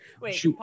Wait